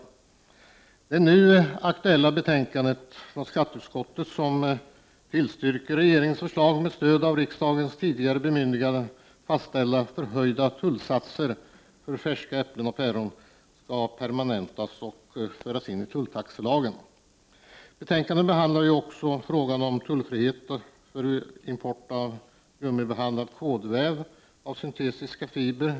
I det nu aktuella betänkandet från skatteutskottet tillstyrks regeringens förslag om att med stöd av riksdagens tidigare bemyn 123 digande fastställda förhöjda tullsatser för färska äpplen och päron skall permanentas och införas i tulltaxelagen. Betänkandet behandlar också frågan om tullfrihet vid import av gummibehandlad kordväv och syntetiska fibrer.